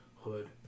hood